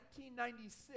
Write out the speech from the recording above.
1996